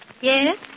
Yes